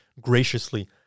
graciously